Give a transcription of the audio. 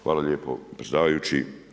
Hvala lijepo predsjedavajući.